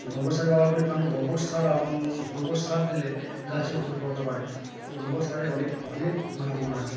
গোবর সার ব্যবহার করি কারণ গোবর সার গোবর সার দিলে গাছের উর্বরতা বাড়ে গোবর সারের অনেক অনেক গুণাগুণ আছে